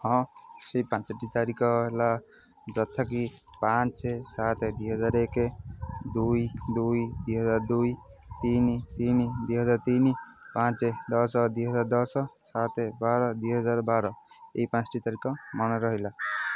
ହଁ ସେଇ ପାଞ୍ଚଟି ତାରିଖ ହେଲା ଯଥାକି ପାଞ୍ଚ ସାତ ଦୁଇ ହଜାର ଏକେ ଦୁଇ ଦୁଇ ଦୁଇ ହଜାର ଦୁଇ ତିନି ତିନି ଦୁଇ ହଜାର ତିନି ପାଞ୍ଚ ଦଶ ଦୁଇ ହଜାର ଦଶ ସାତ ବାର ଦୁଇ ହଜାର ବାର ଏଇ ପାଞ୍ଚଟି ତାରିଖ ମନେ ରହିଲା